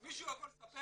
מישהו יכול לספר לי?